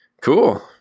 Cool